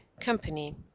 company